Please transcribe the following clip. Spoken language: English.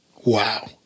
Wow